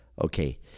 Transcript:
Okay